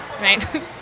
right